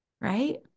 Right